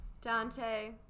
dante